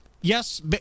yes